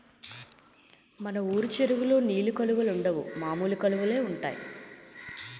మన వూరు చెరువులో నీలి కలువలుండవు మామూలు కలువలే ఉంటాయి